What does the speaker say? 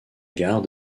gare